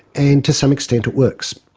and to some extent it works.